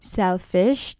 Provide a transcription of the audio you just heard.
selfish